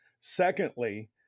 Secondly